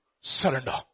Surrender